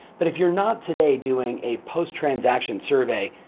but if you're not today doing a post transaction survey,